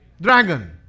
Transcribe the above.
Dragon